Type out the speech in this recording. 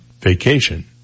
vacation